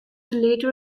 later